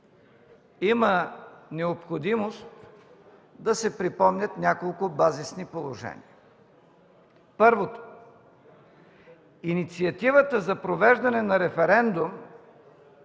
Има необходимост да се припомнят няколко базисни положения. Първото – инициативата за провеждане на референдум